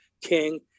king